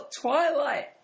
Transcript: Twilight